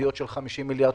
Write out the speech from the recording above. משמעותיות של 50 מיליארד.